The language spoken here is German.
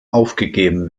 aufgegeben